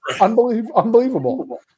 unbelievable